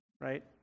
right